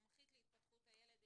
מומחית להתפתחות הילד.